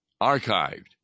archived